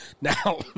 Now